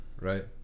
right